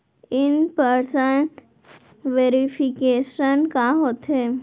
In person verification का होथे?